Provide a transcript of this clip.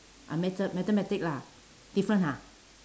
uh mathe~ mathematic lah different ha